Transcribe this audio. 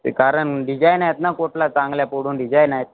ते कारण डिजाईन आहेत ना कोटला चांगल्या पुढून डिजायन आहेत